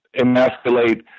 emasculate